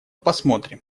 посмотрим